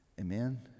Amen